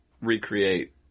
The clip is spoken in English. recreate